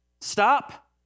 Stop